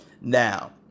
Now